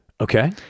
Okay